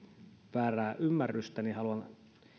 väärää ymmärrystä niin haluan